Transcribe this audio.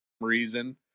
reason